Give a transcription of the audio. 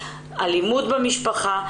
אלימות בשפחה,